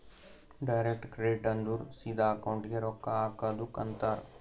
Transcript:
direct credit ಅಂದುರ್ ಸಿದಾ ಅಕೌಂಟ್ಗೆ ರೊಕ್ಕಾ ಹಾಕದುಕ್ ಅಂತಾರ್